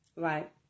Right